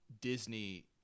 Disney